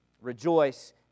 Rejoice